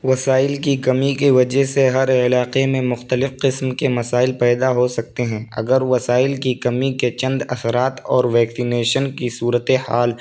وسائل کی کمی کے وجہ سے ہر علاقے میں مختلف قسم کے مسائل پیدا ہو سکتے ہیں اگر وسائل کی کمی کے چند اثرات اور ویکسینیشن کی صورت حال